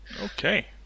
okay